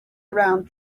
around